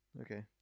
Okay